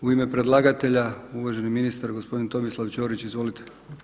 U ime predlagatelja uvaženi ministar gospodin Tomislav Ćorić, izvolite.